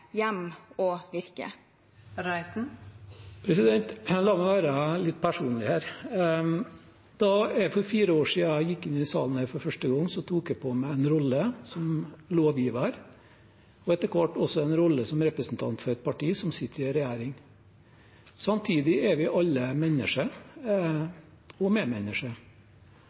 hjem og virke? La meg være litt personlig. Da jeg for fire år siden gikk inn i salen her for første gang, tok jeg på meg en rolle som lovgiver og etter hvert også en rolle som representant for et parti som sitter i regjering. Samtidig er vi alle mennesker og